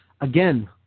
again